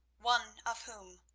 one of whom,